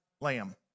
lamb